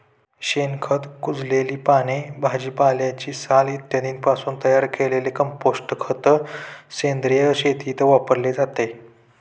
शेणखत, कुजलेली पाने, भाजीपाल्याची साल इत्यादींपासून तयार केलेले कंपोस्ट खत सेंद्रिय शेतीत वापरले जाते